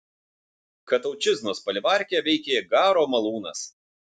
kataučiznos palivarke veikė garo malūnas